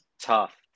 tough